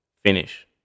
finish